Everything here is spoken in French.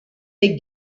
les